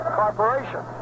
corporation